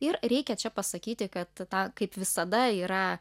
ir reikia čia pasakyti kad tą kaip visada yra